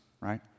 right